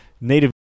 native